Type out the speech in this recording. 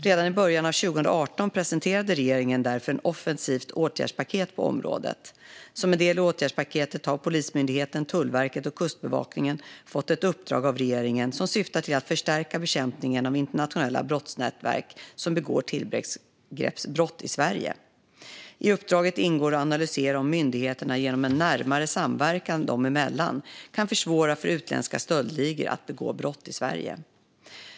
Redan i början av 2018 presenterade regeringen därför ett offensivt åtgärdspaket på området. Som en del i åtgärdspaketet har Polismyndigheten, Tullverket och Kustbevakningen fått ett uppdrag av regeringen som syftar till att förstärka bekämpningen av internationella brottsnätverk som begår tillgreppsbrott i Sverige. I uppdraget ingår att analysera om myndigheterna genom en närmare samverkan dem emellan kan försvåra för utländska stöldligor att begå brott i Sverige.